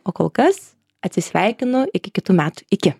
o kol kas atsisveikinu iki kitų metų iki